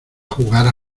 jugar